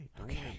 okay